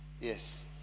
Yes